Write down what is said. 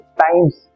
times